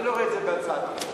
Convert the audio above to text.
אני לא רואה את זה בהצעת החוק.